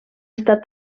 estat